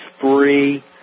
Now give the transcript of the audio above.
free